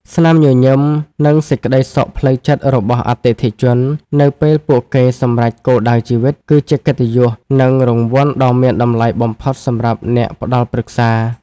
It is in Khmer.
ស្នាមញញឹម និងសេចក្ដីសុខផ្លូវចិត្តរបស់អតិថិជននៅពេលពួកគេសម្រេចគោលដៅជីវិត គឺជាកិត្តិយស និងរង្វាន់ដ៏មានតម្លៃបំផុតសម្រាប់អ្នកផ្ដល់ប្រឹក្សា។